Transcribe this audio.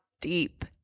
deep